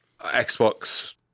Xbox